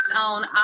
on